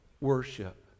worship